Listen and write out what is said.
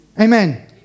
Amen